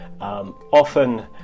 often